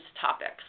topics